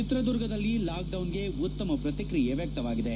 ಚಿತ್ರದುರ್ಗದಲ್ಲಿ ಲಾಕ್ಡೌನ್ಗೆ ಉತ್ತಮ ಪ್ರತಿಕ್ರಿಯೆ ವ್ಯಕ್ತವಾಗಿದೆ